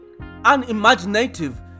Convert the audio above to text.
unimaginative